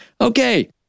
Okay